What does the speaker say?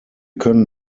können